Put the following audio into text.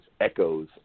echoes